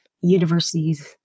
universities